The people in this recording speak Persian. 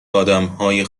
آدمهای